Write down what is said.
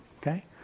okay